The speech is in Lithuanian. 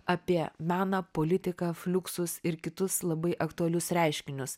apie meną politiką fliuksus ir kitus labai aktualius reiškinius